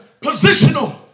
positional